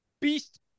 beast